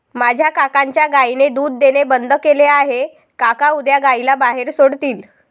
माझ्या काकांच्या गायीने दूध देणे बंद केले आहे, काका उद्या गायीला बाहेर सोडतील